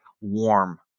warm